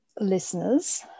listeners